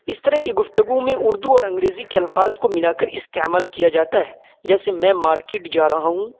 اس طرح کی گفتگو میں اردو اور انگریزی کے الفاظ کو ملاکر استعمال کیا جاتا ہے جیسے میں مارکٹ جا رہا ہوں